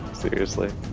seriously?